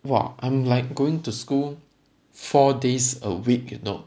!wah! I'm like going to school four days a week you know